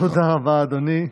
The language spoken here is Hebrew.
תודה רבה, אדוני.